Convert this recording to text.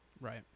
Right